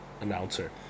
Announcer